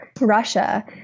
Russia